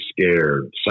scared